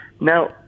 Now